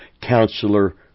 counselor